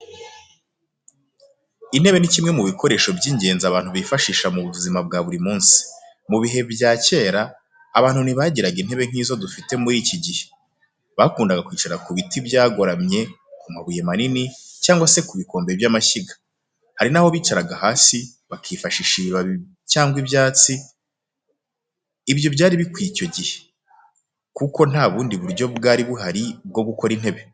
Intebe ni kimwe mu bikoresho by’ingenzi abantu bifashisha mu buzima bwa buri munsi. Mu bihe bya kera, abantu ntibagiraga intebe nk’izo dufite muri iki gihe. Bakundaga kwicara ku biti byagoramye, ku mabuye manini, cyangwa se ku bikombe by'amashyiga. Hari naho bicaraga hasi, bakifashisha ibibabi cyangwa ibyatsi. Ibyo byari bikwiye icyo gihe, kuko nta bundi buryo bwari buhari bwo gukora intebe.